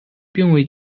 并未